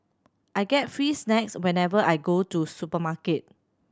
I get free snacks whenever I go to supermarket